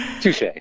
touche